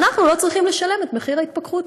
ואנחנו לא צריכים לשלם את מחיר ההתפכחות.